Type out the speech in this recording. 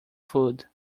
food